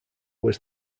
was